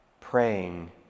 Praying